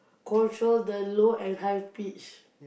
control the low and high pitch